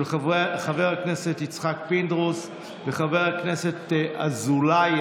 של חבר הכנסת יצחק פינדרוס וחבר הכנסת אזולאי.